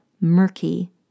murky